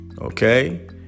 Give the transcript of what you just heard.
okay